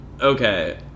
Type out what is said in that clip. Okay